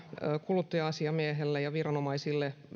kuluttaja asiamiehelle ja viranomaisille